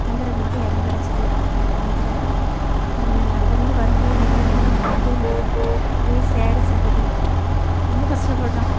தங்கறதுக்கு மட்டும் இடம் கிடச்சிது கடவுள் புண்ணியத்தில் அதுமாரி நாங்கள் அங்கேருந்து வரம்போது எங்கள் வீடுகள் எல்லாம் பார்க்கவே முடியல ஒரே சேறு சகதி ரொம்ப கஷ்டப்பட்டோம்